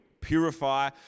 purify